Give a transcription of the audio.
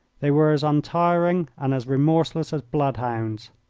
they were as untiring and as remorseless as bloodhounds.